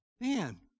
man